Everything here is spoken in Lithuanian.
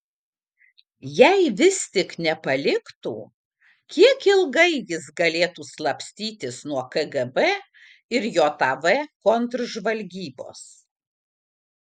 jei vis tik nepaliktų kiek ilgai jis galėtų slapstytis nuo kgb ir jav kontržvalgybos